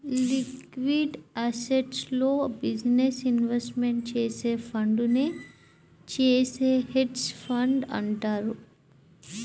liquid అసెట్స్లో business investment చేసే ఫండునే చేసే హెడ్జ్ ఫండ్ అంటారు